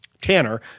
Tanner